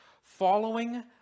following